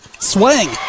Swing